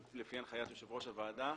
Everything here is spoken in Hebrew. לפי הנחיית יושב-ראש הוועדה,